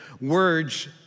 Words